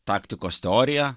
taktikos teorija